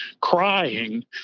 crying